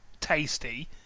tasty